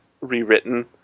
rewritten